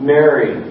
Mary